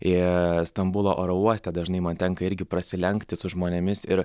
ir stambulo oro uoste dažnai man tenka irgi prasilenkti su žmonėmis ir